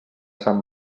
sant